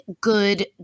good